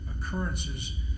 occurrences